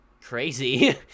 crazy